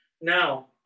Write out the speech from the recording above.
Now